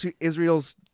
Israel's